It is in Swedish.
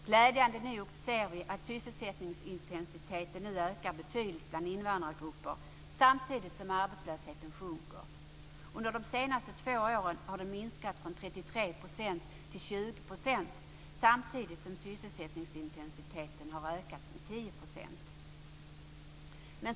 Glädjande nog ser vi att sysselsättningsintensiteten nu ökar betydligt bland invandrargrupper samtidigt som arbetslösheten sjunker. Under de senaste två åren har den minskat från 33 % till 20 %, samtidigt som sysselsättningsintensiteten har ökat med 10 %.